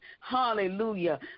Hallelujah